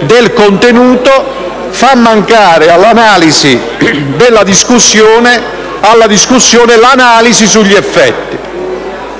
del contenuto fa mancare alla discussione l'analisi sugli effetti.